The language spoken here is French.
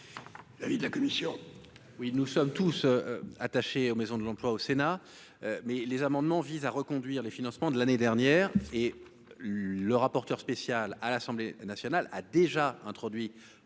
l'avis de la commission.